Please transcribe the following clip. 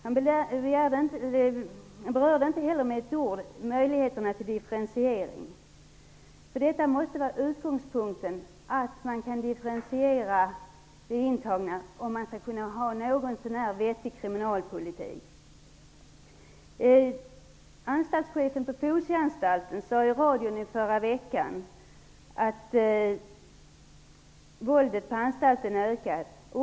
Han berörde inte heller med ett ord möjligheterna till differentiering. Utgångspunkten måste vara att man kan differentiera de intagna, om man skall kunna bedriva en något så när vettig kriminalpolitik. Anstaltschef på Fosieanstalten sade i radion i förra veckan att våldet på anstalterna ökar.